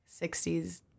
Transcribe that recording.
60s